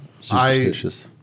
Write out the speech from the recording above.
superstitious